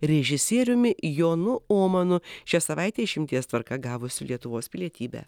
režisieriumi jonu omanu šią savaitę išimties tvarka gavusiu lietuvos pilietybę